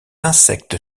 insecte